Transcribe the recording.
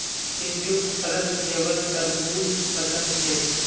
चिंटूक फलत केवल तरबू ज पसंद छेक